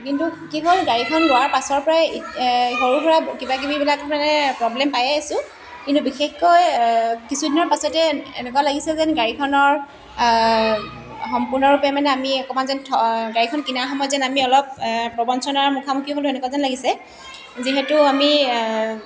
কিন্তু কি হ'ল গাড়ীখন লোৱাৰ পাছৰ পৰাই সৰুসুৰা কিবাকিবিবিলাক মানে প্ৰব্লেম পায়ে আছোঁ কিন্তু বিশেষকৈ কিছুদিনৰ পাছতেই এনেকুৱা লাগিছে যেন গাড়ীখনৰ সম্পূৰ্ণৰূপে মানে আমি অকণমান যেন গাড়ীখন কিনা সময়ত যেন আমি অলপ প্ৰৱঞ্চনাৰ মুখামুখি হ'লোঁ সেনেকুৱা যেন লাগিছে যিহেতু আমি